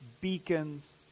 beacons